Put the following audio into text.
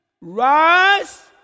Rise